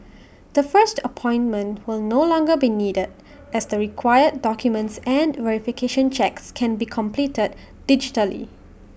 the first appointment will no longer be needed as the required documents and verification checks can be completed digitally